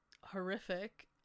horrific